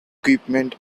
equipment